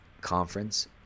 conference